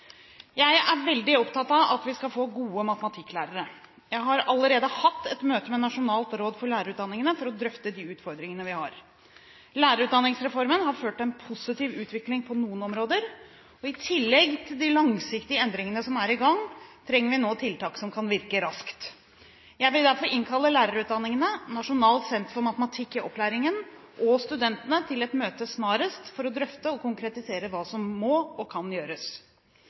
Jeg er veldig opptatt av at vi skal få gode matematikklærere. Jeg har allerede hatt et møte med Nasjonalt råd for lærerutdanning, for å drøfte de utfordringene vi har. Lærerutdanningsreformen har ført til en positiv utvikling på noen områder, og i tillegg til de langsiktige endringene som er i gang, trenger vi nå tiltak som kan virke raskt. Jeg vil derfor innkalle lærerutdanningene, Nasjonalt senter for matematikk i opplæringen og studentene til et møte snarest for å drøfte og konkretisere hva som må og kan gjøres.